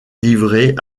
livrés